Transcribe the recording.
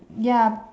ya